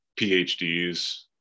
PhDs